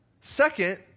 Second